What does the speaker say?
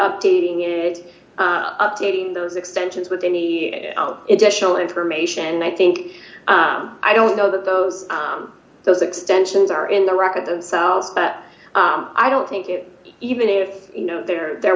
updating it updating those extensions with any additional information i think i don't know that those those extensions are in the record themselves but i don't think it even if you know there there